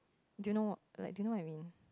do you know like do you know what I mean